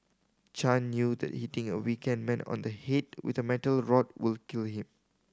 Chan knew that hitting a weakened man on the head with a metal rod would kill him